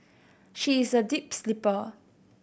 she is a deep sleeper